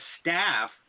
staff